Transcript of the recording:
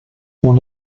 one